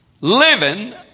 Living